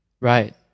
Right